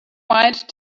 mind